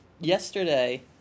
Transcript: yesterday